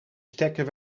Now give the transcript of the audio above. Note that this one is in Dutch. stekker